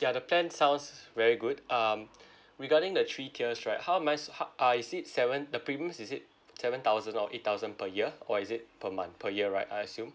ya the plan sounds very good um regarding the three tiers right how am I su~ ha I see seven the premiums is it seven thousand or eight thousand per year or is it per month per year right I assume